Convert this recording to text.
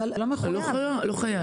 לא מחויב.